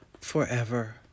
forever